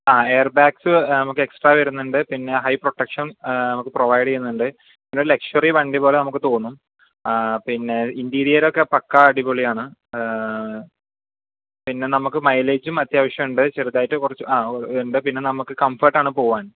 ആ air bags നമുക്ക് extra വരുന്നുണ്ട് പിന്നെ ഹൈ പ്രൊട്ടക്ഷൻ നമുക്ക് പ്രോവൈഡ് ചെയ്യുന്നുണ്ട് പിന്നെ ലക്ഷ്വറി വണ്ടി പോലെ നമുക്ക് തോന്നും പിന്നെ ഇന്റീരിയർ പക്കാ അടിപൊളിയാണ് പിന്നെ നമുക്ക് മൈലേജ് അത്യാവശ്യമുണ്ട് ചെറുതായിട്ട് കുറച്ച് ഉണ്ട് പിന്നെ നമുക്ക് കംഫർട്ടാണ് പോവാൻ